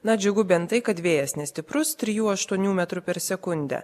na džiugu bent tai kad vėjas nestiprus trijų aštuonių metrų per sekundę